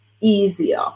easier